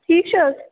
ٹھیٖک چھِ حظ